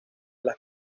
las